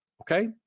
okay